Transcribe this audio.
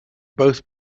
both